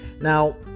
now